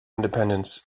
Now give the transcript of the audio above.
independence